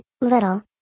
Little